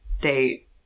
date